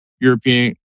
European